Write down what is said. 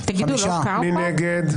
מי נגד?